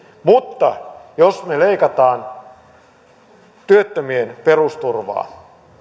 mutta jos me leikkaamme työttömien perusturvaa